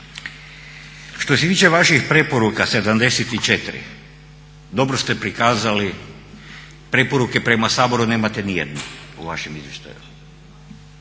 Što se tiče vaših preporuka 74 dobro ste prikazali, preporuke prema Saboru nemate ni jednu u vašem izvještaju.